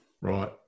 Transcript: Right